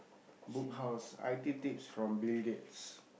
Book House I_T tips from Bill-Gates